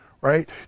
Right